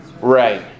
Right